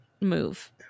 move